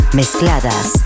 mezcladas